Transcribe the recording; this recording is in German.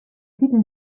titel